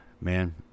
man